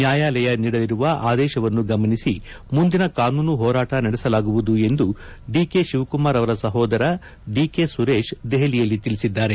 ನ್ಯಾಯಾಲಯ ನೀಡಲಿರುವ ಆದೇಶವನ್ನು ಗಮನಿಸಿ ಮುಂದಿನ ಕಾನೂನು ಹೋರಾಟ ನಡೆಸಲಾಗುವುದು ಎಂದು ಡಿಕೆ ಶಿವಕುಮಾರ್ ಅವರ ಸಹೋದರ ಡಿಕೆ ಸುರೇಶ್ ದೆಹಲಿಯಲ್ಲಿ ತಿಳಿಸಿದ್ದಾರೆ